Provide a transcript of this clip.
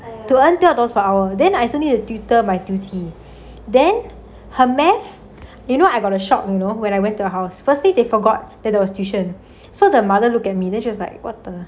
do one thing on those power then I still to tutor my duty then her math you know I got a shock you know when I went to the house firstly they forgot that there was tuition so the mother look at me then she was like what the